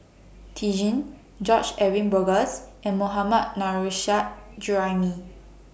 Lee Tjin George Edwin Bogaars and Mohammad Nurrasyid Juraimi